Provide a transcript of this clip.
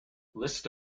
list